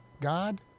God